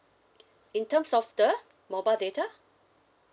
in terms of the mobile data